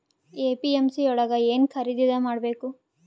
APMC ಯೊಳಗ ಏನ್ ಖರೀದಿದ ಮಾಡ್ಬೇಕು?